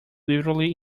literally